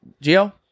Geo